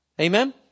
Amen